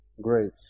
Great